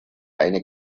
eine